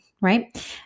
Right